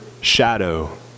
shadow